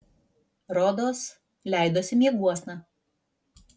rodos leidosi mieguosna